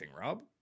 Rob